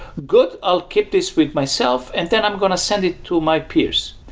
good. i'll keep this with myself, and then i'm going to send it to my peers.